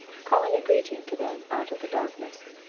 calling a greeting to them out of the darkness.